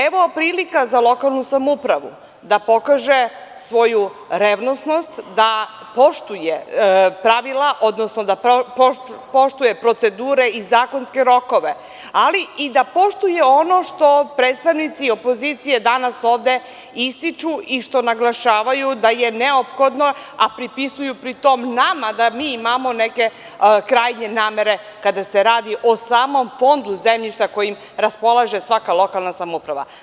Evo, prilika za lokalnu samoupravu da pokaže svoju revnosnost, da poštuje pravila, odnosno da poštuje procedure i zakonske rokove, ali i da poštuje ono što predstavnici opozicije danas ovde ističu, i što naglašavaju, da je neophodno, a pripisuju pri tom nama, da mi imamo neke krajnje namere, kada se radi o samom fondu zemljišta, kojim raspolaže svaka lokalna samouprava.